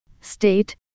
state